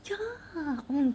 ya